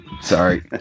Sorry